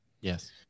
Yes